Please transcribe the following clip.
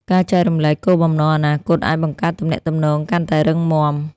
ការចែករំលែកគោលបំណងអនាគតអាចបង្កើតទំនាក់ទំនងកាន់តែរឹងមាំ។